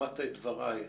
שמעת את דבריי התחיליים,